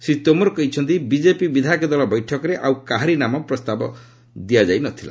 ଶ୍ରୀ ତୋମର କହିଛନ୍ତି ବିଜେପି ବିଧାୟକ ଦଳ ବୈଠକରେ ଆଉ କାହାରି ନାମ ପ୍ରସ୍ତାବ ଦିଆଯାଇ ନ ଥିଲା